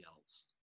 else